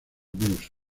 blues